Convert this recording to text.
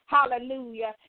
Hallelujah